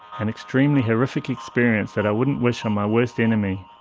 an extremely horrific experience that i wouldn't wish on my worst enemy.